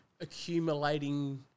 accumulating